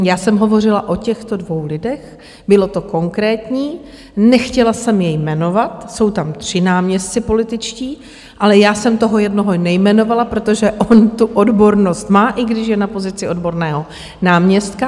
Já jsem hovořila o těchto dvou lidech, bylo to konkrétní, nechtěla jsem je jmenovat, jsou tam tři náměstci političtí, ale já jsem toho jednoho nejmenovala, protože on tu odbornost má, i když je na pozici politického náměstka.